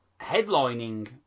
Headlining